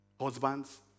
Husbands